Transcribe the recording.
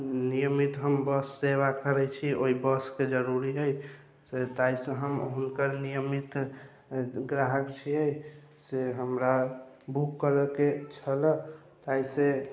नियमित हम बस सेवा करै छी ओइ बसके जरूरी अइ से ताहिसँ हम हुनकर नियमित ग्राहक छियै से हमरा बुक करैके छलऽ एहिसँ